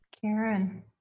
Karen